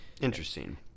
Interesting